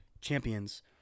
champions